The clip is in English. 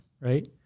Right